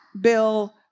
bill